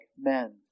men